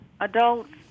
adults